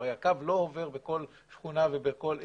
הרי הקו לא עובר בכל שכונה ובכל עיר,